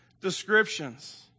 descriptions